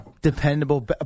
dependable